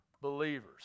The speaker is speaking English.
Believers